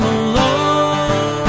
alone